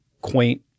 quaint